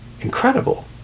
incredible